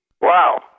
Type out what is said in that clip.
Wow